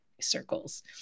circles